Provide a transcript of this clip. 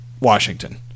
washington